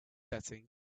setting